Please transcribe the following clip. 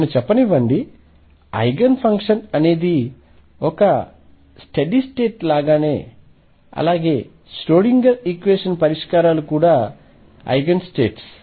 నన్ను చెప్పనివ్వండి eigen function అనేది ఒక స్టెడీ స్టేట్ అలాగే ష్రోడింగర్ ఈక్వేషన్ పరిష్కారాలు కూడా ఐగెన్ స్టేట్స్